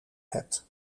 hebt